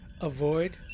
avoid